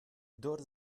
kdor